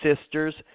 sisters